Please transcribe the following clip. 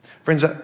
Friends